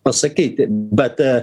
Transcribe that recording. pasakyti bet